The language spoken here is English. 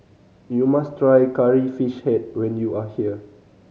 you must try Curry Fish Head when you are here